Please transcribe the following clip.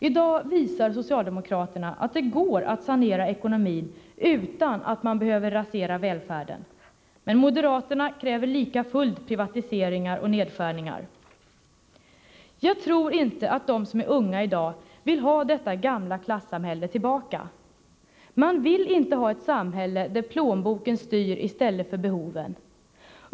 I dag visar socialdemokraterna att det går att sanera ekonomin utan att man behöver rasera välfärden. Men moderaterna kräver likafullt privatiseringar och nedskärningar. Jag tror inte att de som är unga i dag vill ha detta gamla klassamhälle tillbaka. Man vill inte ha ett samhälle där plånboken styr i stället för behoven.